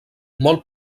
molt